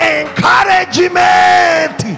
encouragement